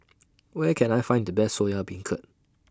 Where Can I Find The Best Soya Beancurd